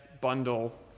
bundle